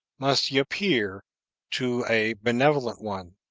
must he appear to a benevolent one?